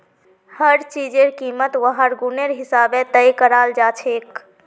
हर चीजेर कीमत वहार गुनेर हिसाबे तय कराल जाछेक